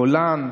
הגולן,